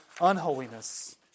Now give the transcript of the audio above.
unholiness